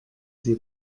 sie